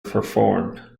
performed